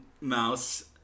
mouse